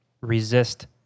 resist